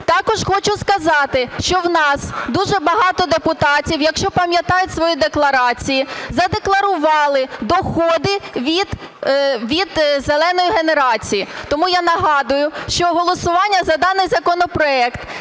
Також хочу сказати, що в нас дуже багато депутатів, якщо пам'ятають свої декларації, задекларували доходи від "зеленої" генерації. Тому я нагадую, що голосування за даний законопроект